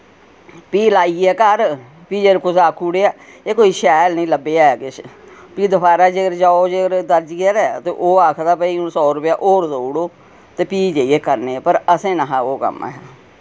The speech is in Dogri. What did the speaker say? फ्ही लाइयै घर फ्ही जे कुसै आक्खी ओड़ेआ एह् कोई शैल नेईं लब्भेआ ऐ किश फ्ही दोबारा जे कर जाओ जे कर दर्जिये दै ते ओह् आखदा भाई हुन सौ रपेआ होर देई ओड़ो ते फ्ही जाइयै करने पर असें नेहा ओ कम्म ऐहा